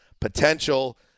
potential